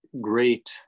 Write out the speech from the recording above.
great